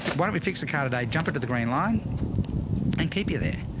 why don't we fix the cat died jumping to the green line and keep you there.